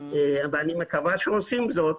ואני מקווה שעושים זאת,